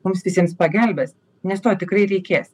mums visiems pagelbės nes to tikrai reikės